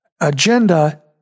agenda